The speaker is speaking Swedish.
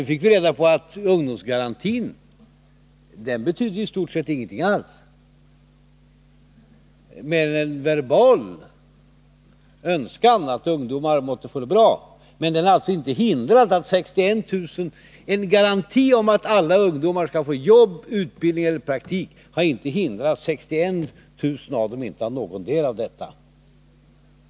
Nu fick vi reda på att ungdomsgarantin i stort sett inte betyder någonting alls mer än en verbal önskan att ungdomar måtte få det bra. Men en garanti för att alla ungdomar skall få jobb, utbildning eller praktik har inte hindrat att 61 000 av dem inte har någonting av detta.